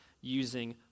using